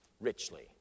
Richly